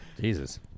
Jesus